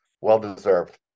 well-deserved